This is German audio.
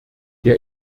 der